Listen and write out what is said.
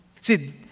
See